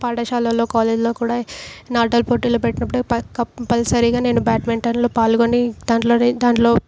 ఇంకా పాఠశాలల్లో కాలేజ్లో కూడా నాటల పోటీలు పెట్టినప్పుడు కంపల్సరీగా నేను బ్యాడ్మింటన్లో పాల్గొని దాంట్లోని దాంట్లో